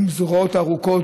עם זרועות ארוכות,